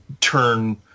turn